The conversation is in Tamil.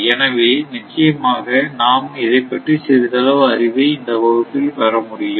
எனவே நிச்சயமாக நாம் இதை பற்றி சிறிதளவு அறிவை இந்த வகுப்பில் பெற முடியும்